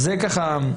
שלהם.